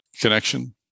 connection